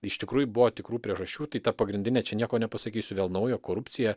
iš tikrųjų buvo tikrų priežasčių tai ta pagrindinė čia nieko nepasakysiu vėl naujo korupcija